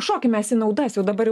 šokim mes į naudas jau dabar jau